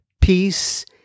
peace